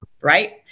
Right